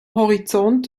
horizont